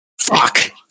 Fuck